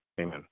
Amen